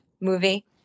movie